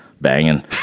banging